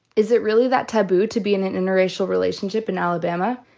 is it really that taboo to be in an interracial relationship in alabama?